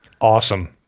Awesome